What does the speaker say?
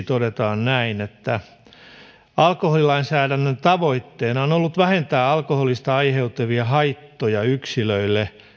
todetaan näin alkoholilainsäädännön tavoitteena on on ollut vähentää alkoholista aiheutuvia haittoja yksilöille